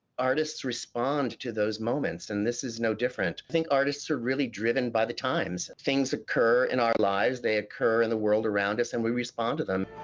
artists respond to those moments. and this is no different. i think artists are really driven by the times. things occur in our lives, they occur in the world around us, and we respond to them.